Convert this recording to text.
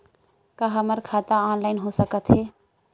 का हमर खाता ऑनलाइन हो सकथे?